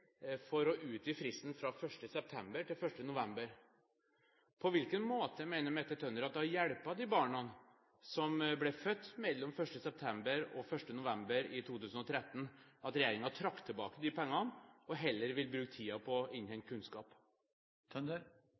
for å utvide fristen fra 1. september til 1. november. På hvilken måte mener Mette Tønder at det har hjulpet de barna som ble født mellom 1. september og 1. november i 2013, at regjeringen trakk tilbake disse pengene og heller vil bruke tiden på å innhente kunnskap?